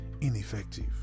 ineffective